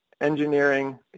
engineering